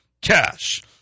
cash